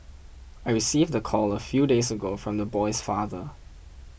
I received the call a few days ago from the boy's father